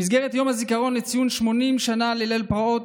במסגרת יום הזיכרון לציון 80 שנה לליל פרעות,